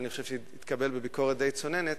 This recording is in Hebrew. ואני חושב שהתקבל בביקורת די צוננת,